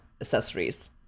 accessories